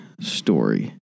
story